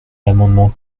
l’amendement